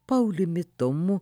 pauliumi tomu